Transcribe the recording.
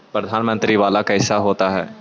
प्रधानमंत्री मंत्री वाला कैसे होता?